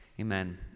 Amen